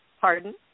Pardon